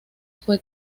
fue